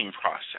process